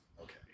okay